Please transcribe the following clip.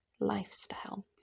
lifestyle